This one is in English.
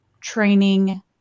training